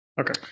Okay